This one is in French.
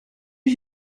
eut